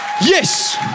yes